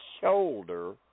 shoulder